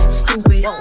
stupid